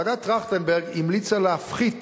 שוועדת-טרכטנברג המליצה להפחית